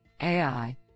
AI